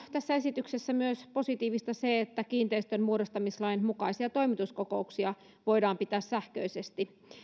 tässä esityksessä on myös positiivista se että kiinteistönmuodostamislain mukaisia toimituskokouksia voidaan pitää sähköisesti